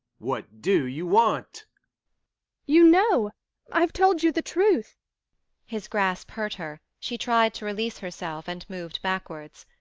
what do you want you know i've told you the truth his grasp hurt her she tried to release herself, and moved backwards.